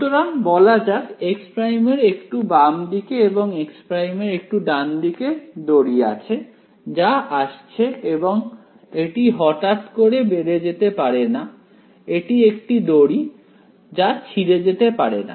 সুতরাং বলা যাক x' এর একটু বাম দিকে এবং x' এর একটু ডানদিকে দড়ি আছে যা আসছে এবং এটি হঠাৎ করে বেড়ে যেতে পারে না এটি একটি দড়ি যা ছিড়ে যেতে পারে না